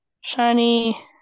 Shiny